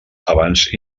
abans